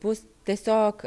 bus tiesiog